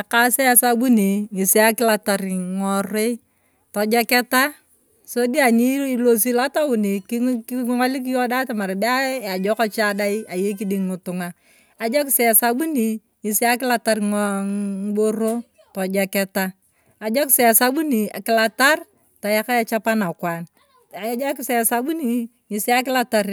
Ekasi esabuni ng’esi akilatar ng’iworui, tojoketa sodi aniilosi lotaoni king’olik yong’odai atamari ajoko cha ayong dai ayei kidding ng’itung’a ajokisi esabuni ng’esi akilatar, ngiboro tojoketa ajokisi esabuni ng’esi akilatar,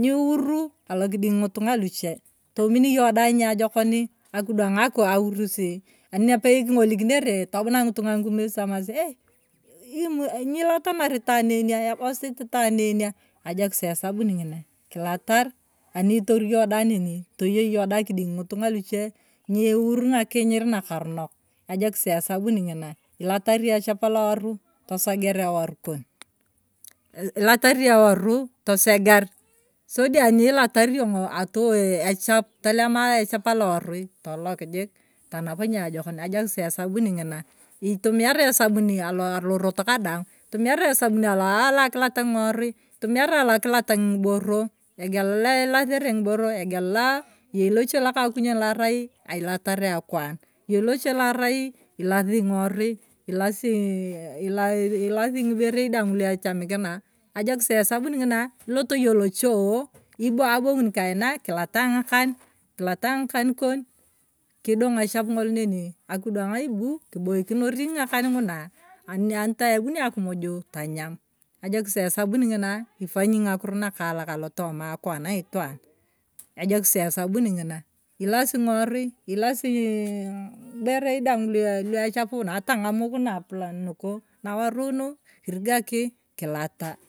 nyi uro alokiding ng’itung’a lochia tomoni yong dai niajokoni akidwang aurisi, aninapei king’olikinere tobuna ng dai niajokoni akidwang aurisi, aninapei king’olikinere tobuna ng’itung’a ng’ukunes tamasi ei nyitatanar itaan eria, eborit itiaan enia, ejokis esabuni ng’ina. Kilatar aniitori yong dai neni. toyei yong dai kidding ng’itunga luchie, nyieur ng’akinyir nakarinok ajokis esabuni ng’ina ilatari echap alooru teseger eworu, ilatari eworo toseger sodi aniilatar yong’o, telema echap aloworoi tolok jik tanap niajokon ajokis esabuni ng’ina, iturniyara esabuni alorot kadaang, iturniara esabuni, alorot aluakilat ngiorui itumiara alokilat ng’iboro, egela lailatare ngiboro engela lailatare, eyei lochia la arai ilatere ng’irui, ilasii ng’iberei daang luechamikina ajokis esanuni ng’una kilot yong’o lochuo, abong’un kaina kilata ng’akan kilata ng’akan koni, kidong’ echafu ng’olo neni akidwang bu kiboikinor ng’akan ng’una anitakai ebuni akumuju tanyam, ajoki esabuni ng’ina ifanyi ng’akoro nakaalak alotoma akwana aitwaan ajokis esabuni ng’ina ilasi ng’iworui, ilasiri ng’iberei daang loechapuna ata ng’amuk nabulan nuku, ng’awarui nu kingaki kilata.